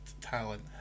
talent